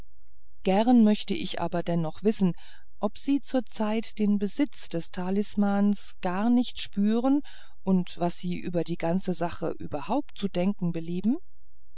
gern möchte ich aber denn doch wissen ob sie zurzeit den besitz des talismans gar nicht verspüren und was sie über die ganze sache überhaupt zu denken belieben